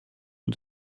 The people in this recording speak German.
und